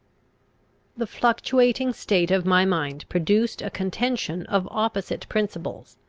the fluctuating state of my mind produced a contention of opposite principles,